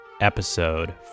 Episode